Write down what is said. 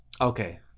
Okay